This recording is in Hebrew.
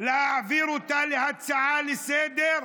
להעביר אותה להצעה לסדר-היום,